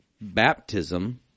baptism –